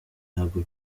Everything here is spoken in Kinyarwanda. nabwo